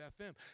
FM